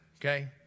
Okay